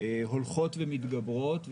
הולכות ומתגברות,